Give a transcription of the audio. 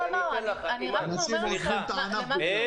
אנשים עוזבים את הענף בגלל זה.